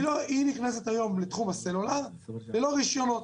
היא נכנסת היום לתחום הסלולאר ללא רישיונות,